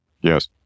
Yes